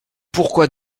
pourquoi